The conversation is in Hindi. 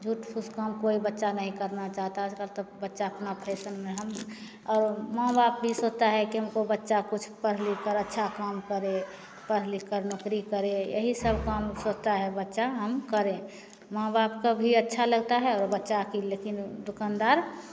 झूठ फूस काम कोई बच्चा नहीं करना चाहता आजकल तो बच्चा अपना फैशन में हम और माँ बाप भी सोचता है कि हमको बच्चा कुछ पढ़ लिखकर अच्छा काम करे पढ़ लिखकर नौकरी करे यही सब काम सोचता है बच्चा हम करें माँ बाप को भी अच्छा लगता है और बच्चा के लेकिन दुक़ानदार